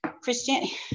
Christianity